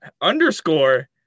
underscore